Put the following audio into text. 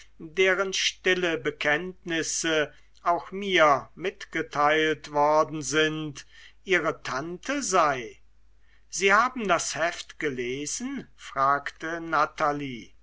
deren stille bekenntnisse auch mir mitgeteilt worden sind ihre tante sei sie haben das heft gelesen fragte natalie